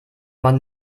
man